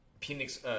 Phoenix